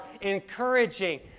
encouraging